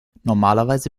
normalerweise